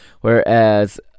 whereas